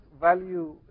value